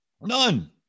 None